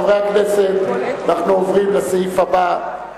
חברי הכנסת, אנחנו עוברים לסעיף הבא.